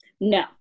No